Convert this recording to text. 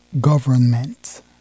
government